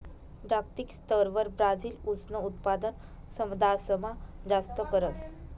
जागतिक स्तरवर ब्राजील ऊसनं उत्पादन समदासमा जास्त करस